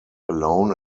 alone